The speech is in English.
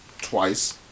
twice